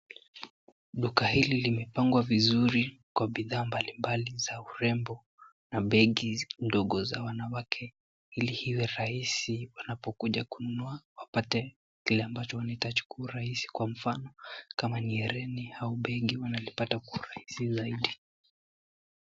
Duka hili limepangwa vizuri kwa bidhaa mbali mbali za urembo na begi ndogo za wanawake, ili iwe rahisi wanapokuja kununua wapate kile ambacho watachukua kwa urahisi, kwa mfano, kama ni herini au begi wanalipata kwa urahisi zaidi.